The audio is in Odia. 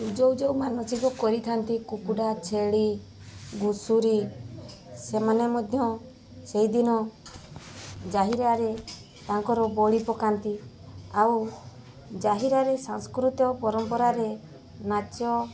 ଯେଉଁ ଯେଉଁ ମାନସିକ କରିଥାନ୍ତି କୁକୁଡ଼ା ଛେଳି ଘୁଷୁରି ସେମାନେ ମଧ୍ୟ ସେହି ଦିନ ଜାହିରାରେ ତାଙ୍କର ବଳି ପକାନ୍ତି ଆଉ ଜାହିରାରେ ସଂସ୍କୃତି ପରମ୍ପରାରେ ନାଚ